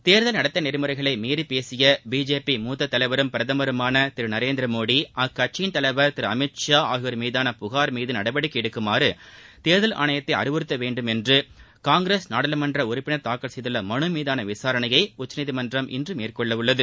தேர்தல் நடத்தை நெறிமுறைகளை மீறி பேசிய பிஜேபி மூத்த தலைவரும் பிரதமருமான திரு நரேந்திர மோடி அக்கட்சியின் தலைவர் திரு அமீத் ஷா ஆகியோர் மீதான புகார் மீது நடவடிக்கை எடுக்குமாறு தேர்தல் ஆணையத்தை அறிவுறுத்த வேண்டுமென்று காங்கிரஸ் நாடாளுமன்ற உறப்பினர் தாக்கல் செய்துள்ள மனு மீதான விசாரணையை உச்சநீதிமன்றம் இன்று மேற்கொள்ள உள்ளது